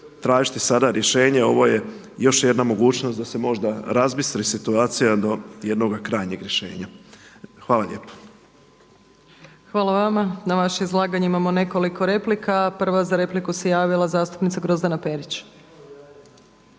tražiti sada rješenje. Ovo je još jedna mogućnost da se možda razbistri situacija do jednoga krajnjeg rješenja. Hvala lijepo. **Opačić, Milanka (SDP)** Hvala vama. Na vaše izlaganje imamo nekoliko replika. Prva za repliku se javila zastupnica Grozdana Perić.